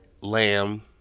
lamb